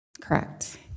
Correct